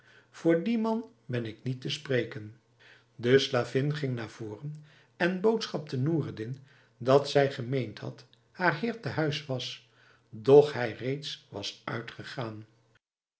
voor dien man ben ik niet te spreken de slavin ging naar voren en boodschapte noureddin dat zij gemeend had haar heer te huis was doch hij reeds was uitgegaan